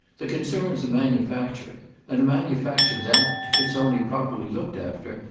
the concern's a manufacture and a manufacture that, if it's only properly looked after,